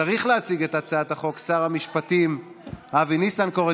צריך להציג את הצעת החוק שר המשפטים אבי ניסנקורן.